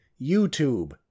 youtube